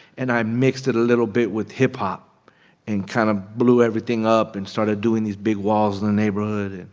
and i mixed it a little bit with hip-hop and kind of blew everything up and started doing these big walls in the neighborhood. and